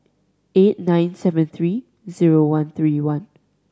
eight nine seven three zero one three one